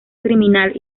criminal